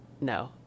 no